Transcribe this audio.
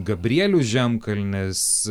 gabrielius žemkalnis